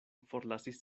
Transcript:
forlasis